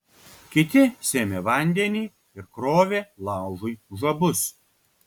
kiti sėmė vandenį ir krovė laužui žabus